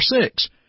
six